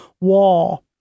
wall